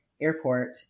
airport